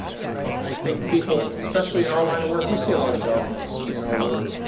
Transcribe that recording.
i think people, especially in our line of work, we see a lot of darkness in our work.